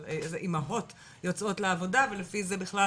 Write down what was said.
אבל זה אימהות יוצאות לעבודה ולפי זה בכלל